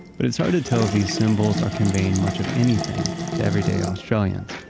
but it's hard to tell if these symbols are conveying much of anything, to everyday australians.